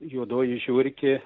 juodoji žiurkė